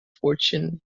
fortune